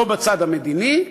לא בצד המדיני,